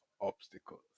obstacles